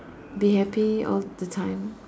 be happy all the time